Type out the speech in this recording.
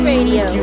Radio